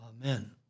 Amen